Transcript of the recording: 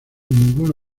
ninguno